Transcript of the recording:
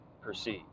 perceive